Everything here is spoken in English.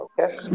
Okay